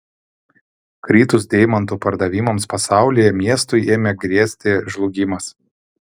kritus deimantų pardavimams pasaulyje miestui ėmė grėsti žlugimas